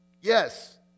Yes